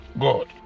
God